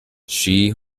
she